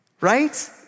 right